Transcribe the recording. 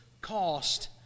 cost